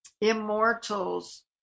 immortals